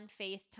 FaceTime